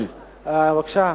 תודה.